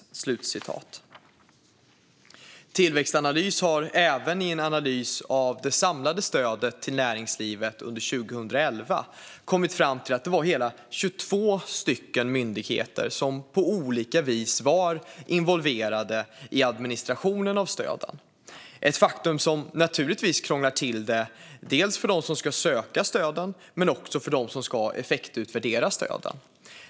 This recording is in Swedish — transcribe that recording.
Tillväxtanalys har även i en analys av det samlade stödet till näringslivet under 2011 kommit fram till att hela 22 myndigheter på olika vis var involverade i administrationen av stöden, ett faktum som naturligtvis krånglar till det dels för dem som ska söka stöden, dels för dem som ska effektutvärdera stöden.